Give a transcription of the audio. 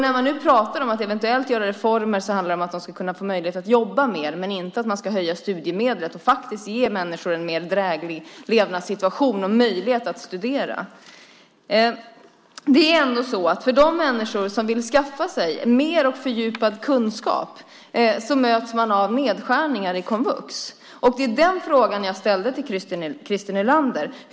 När man pratar om eventuella reformer handlar det om att de ska ha möjlighet att jobba mer, inte att man ska höja studiemedlen och ge människor en mer dräglig levnadssituation och möjlighet att studera. De som vill skaffa sig mer och fördjupad kunskap möts av nedskärningar i komvux. Det var den frågan som jag ställde till Christer Nylander.